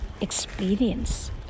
experience